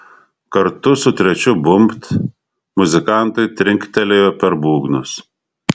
kartu su trečiu bumbt muzikantai trinktelėjo per būgnus